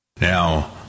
Now